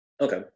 Okay